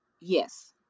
Yes